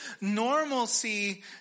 normalcy